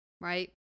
right